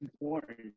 important